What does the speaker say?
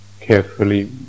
carefully